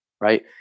right